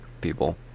people